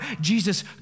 Jesus